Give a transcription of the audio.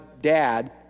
dad